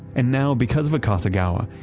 and now because of akasegawa,